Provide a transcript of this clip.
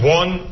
one